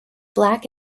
black